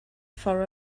for